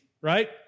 right